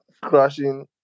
crashing